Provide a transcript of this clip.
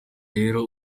rero